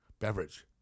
beverage